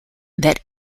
that